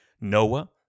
Noah